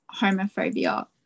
homophobia